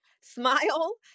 smile